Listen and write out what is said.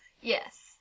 Yes